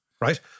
right